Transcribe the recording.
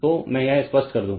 तो मैं यह स्पष्ट कर दूं